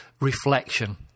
reflection